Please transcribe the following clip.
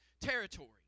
territory